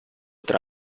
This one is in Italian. tra